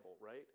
right